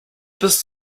this